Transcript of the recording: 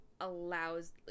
allows